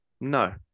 No